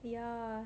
ya